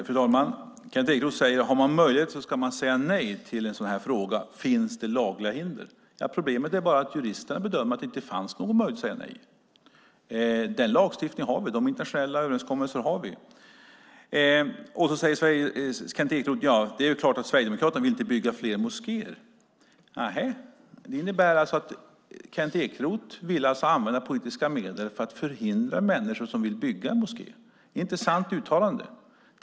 Fru talman! Kent Ekeroth säger att man ska säga nej till en sådan här fråga om man har möjlighet. Frågan löd: Finns det lagliga hinder? Problemet är bara att juristerna bedömde att det inte fanns någon möjlighet att säga nej. Sådan är den lagstiftning vi har och de internationella överenskommelser vi har ingått. Sedan säger Kent Ekeroth att Sverigedemokraterna inte vill bygga fler moskéer. Det innebär alltså att Kent Ekeroth vill använda politiska medel för att hindra människor som vill bygga en moské. Det är ett intressant uttalande.